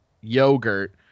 yogurt